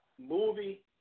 Movie